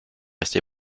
restée